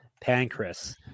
pancreas